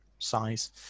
size